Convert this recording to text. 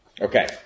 Okay